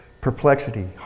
Perplexity